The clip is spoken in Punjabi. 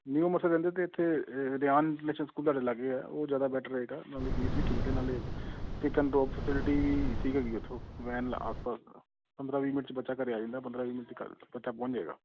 ਨਿਊ ਮੋਰਛਾ ਰਹਿੰਦੇ ਅਤੇ ਇੱਥੇ ਏ ਰਿਆਨ ਇੰਟਲਨੈਸ਼ਨਲ ਸਕੂਲ ਤੁਹਾਡੇ ਲਾਗੇ ਹੈ ਉਹ ਜ਼ਿਆਦਾ ਬੈਟਰ ਰਹੇਗਾ ਨਾਲੇ ਫੀਸ ਵੀ ਠੀਕ ਹੈ ਨਾਲੇ ਪਿੱਕ ਐਂਡ ਡਰੋਪ ਫਸਿਲਟੀ ਠੀਕ ਹੈਗੀ ਉੱਥੋਂ ਵੈਨ ਪੰਦਰ੍ਹਾਂ ਵੀਹ ਮਿੰਟ 'ਚ ਬੱਚਾ ਘਰ ਆ ਜਾਂਦਾ ਪੰਦਰ੍ਹਾਂ ਵੀਹ ਮਿੰਟ 'ਚ ਘਰ ਬੱਚਾ ਪਹੁੰਚ ਜਾਏਗਾ